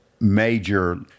major